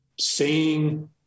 seeing